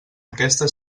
aquesta